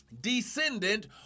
descendant